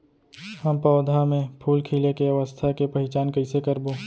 हम पौधा मे फूल खिले के अवस्था के पहिचान कईसे करबो